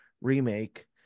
Remake